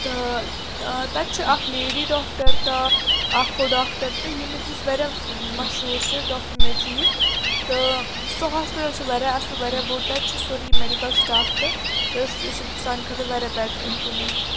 تہٕ ٲں تَتہِ چھِ اَکھ لیڈی ڈاکٹر تہٕ اَکھ ہُہ ڈاکٹر تہٕ ییٚمہِ یُس واریاہ مَشہوٗر چھُ ڈاکٹر نذیٖر تہٕ سُہ ہاسپِٹَل چھُ واریاہ اصٕل واریاہ بوٚڑ تَتہِ چھُ سورُے میٚڈِکٕل سٹاف تہٕ تہٕ سُہ چھُ سانہِ خٲطرٕ واریاہ بیٚٹَر اِمپرٛوٗمیٚنٛٹ